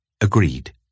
Agreed